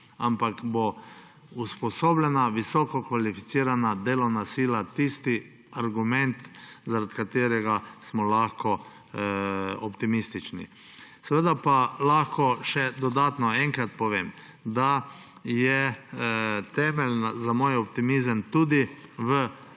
ampak bo usposobljena, visokokvalificirana delovna sila tisti argument, zaradi katerega smo lahko optimistični. Seveda pa lahko še enkrat dodatno povem, da je temelj za moj optimizem tudi v